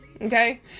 Okay